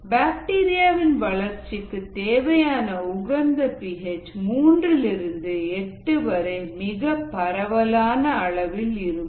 பாக்டீரியாவின் வளர்ச்சிக்கு தேவையான உகந்த பி ஹெச் மூன்றிலிருந்து 8 வரை மிக பரவலான அளவில் இருக்கும்